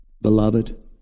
beloved